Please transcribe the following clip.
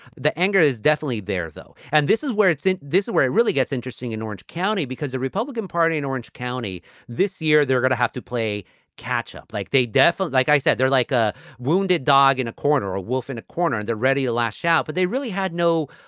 the anger is definitely there, though, and this is where it's in this where it really gets interesting in orange county because the republican party in orange county this year, they're going to have to play catch up like they dfl. like i said, they're like a wounded dog in a corner or a wolf in a corner and they're ready to lash out. but they really had no,